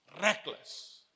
Reckless